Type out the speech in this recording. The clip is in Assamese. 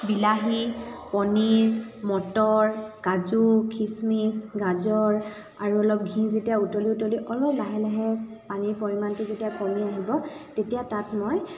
বিলাহী পনিৰ মটৰ কাজু খিচমিচ গাজৰ আৰু অলপ ঘি যেতিয়া উতলি উতলি অলপ লাহে লাহে পানীৰ পৰিমাণটো যেতিয়া কমি আহিব তেতিয়া তাত মই